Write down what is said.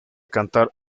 cantar